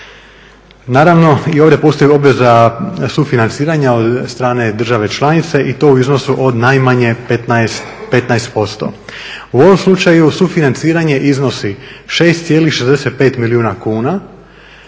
Naravno i ovdje postoji obveza sufinanciranja od strane države članice i to u iznosu od najmanje 15%. U ovom slučaju sufinanciranje iznosi 6,65 milijuna kuna